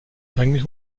eigentlich